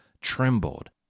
trembled